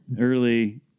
Early